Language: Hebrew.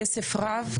כסף רב,